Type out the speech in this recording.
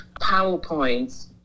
powerpoints